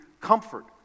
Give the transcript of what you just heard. comfort